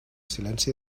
silenci